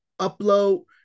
upload